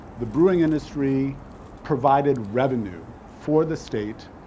the brewing industry provided revenue for the state.